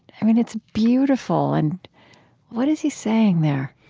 i mean it's beautiful. and what is he saying there?